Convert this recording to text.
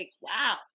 wow